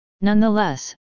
nonetheless